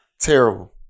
Terrible